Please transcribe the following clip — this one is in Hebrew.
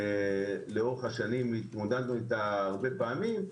לאורך השנים התמודדנו אתה הרבה פעמים,